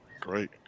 Great